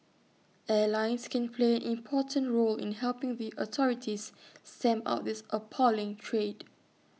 airlines can play an important role in helping the authorities stamp out this appalling trade